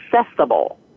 accessible